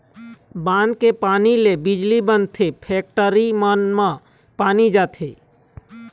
बांध के पानी ले बिजली बनथे, फेकटरी मन म पानी जाथे